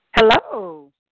Hello